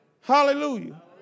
Hallelujah